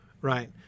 right